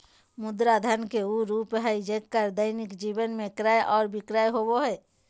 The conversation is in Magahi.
मुद्रा धन के उ रूप हइ जेक्कर दैनिक जीवन में क्रय और विक्रय होबो हइ